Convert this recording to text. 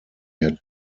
had